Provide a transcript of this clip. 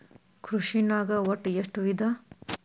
ಕೃಷಿನಾಗ್ ಒಟ್ಟ ಎಷ್ಟ ವಿಧ?